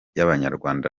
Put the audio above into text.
y’abanyarwanda